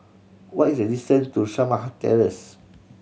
what is the distance to Shamah Terrace